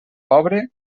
pobre